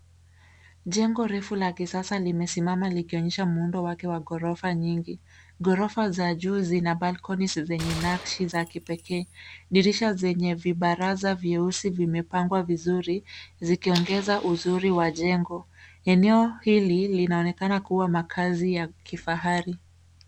Jengo refu la kisasa limesimama likionyesha muundo wake wa gorofa nyingi . Gorofa za juu zina Balcony zenye nakisi za kipekee. Dirisha zenye viparaza vyeusi vimepangwa vizuri zikiongeza uzuri wa jengo. Eneo hili linaonekana kuwa makazi ya kifahari.